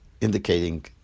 indicating